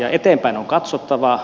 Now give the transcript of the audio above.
eteenpäin on katsottava